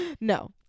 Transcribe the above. No